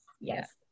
Yes